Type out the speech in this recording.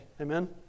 amen